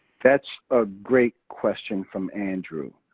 that's a great question from andrew.